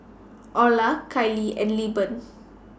Oralia Kylie and Lilburn